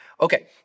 Okay